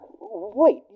Wait